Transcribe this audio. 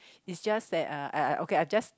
is just that uh uh okay I just